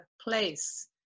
place